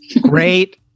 Great